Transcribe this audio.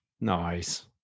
Nice